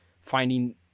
finding